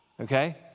okay